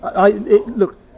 Look